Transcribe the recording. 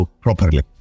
properly